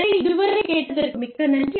எனவே இது வரை கேட்டதற்கு மிக்க நன்றி